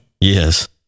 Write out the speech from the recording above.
Yes